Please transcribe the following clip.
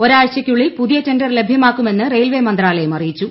ഒരാഴ്ചയ്ക്കുള്ളിൽ പുതിയ ടെണ്ടർ ലഭ്യമാക്കുമെന്ന് റെയിൽവേ മന്ത്രാലയം അറിയിച്ചു